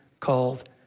called